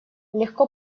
легко